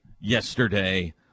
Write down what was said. yesterday